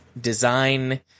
design